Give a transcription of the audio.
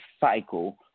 cycle